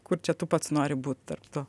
kur čia tu pats nori būt tarp to